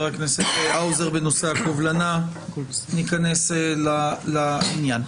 הכנסת האוזר בנושא הקובלנה ניכנס לעניין.